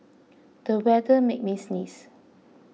the weather made me sneeze